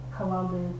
Columbus